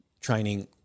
training